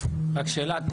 מועד.